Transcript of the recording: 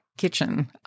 kitchen